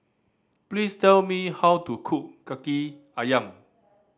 please tell me how to cook Kaki Ayam